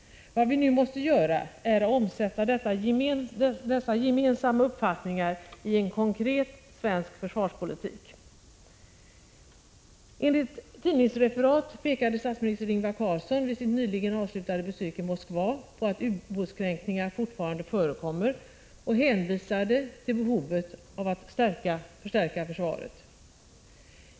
Vad vi nu måste göra är att omsätta dessa gemensamma uppfattningar i en konkret svensk försvarspolitik. Enligt tidningsreferat pekade statsminister Ingvar Carlsson, vid sitt nyligen avslutade besök i Moskva, på att ubåtskränkningar fortfarande förekommer och hänvisade till behovet av att förstärka försvaret.